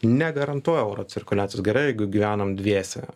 negarantuoja oro cirkuliacijos gerai jeigu gyvenom dviese